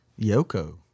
Yoko